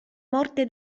morte